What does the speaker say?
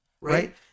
right